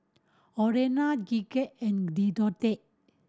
Olena Gidget and Deontae